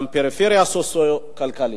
גם פריפריה סוציו-כלכלית.